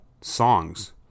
songs